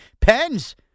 Pens